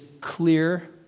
clear